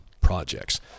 projects